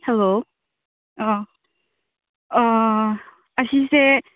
hello ꯑꯧ ꯑꯁꯤꯁꯦ